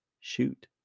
Shoot